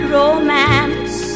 romance